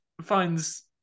finds